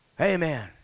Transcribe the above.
Amen